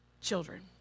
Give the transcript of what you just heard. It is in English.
children